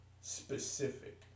specific